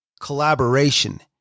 collaboration